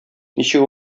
ничек